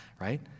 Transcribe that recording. right